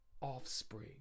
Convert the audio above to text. offspring